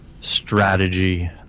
strategy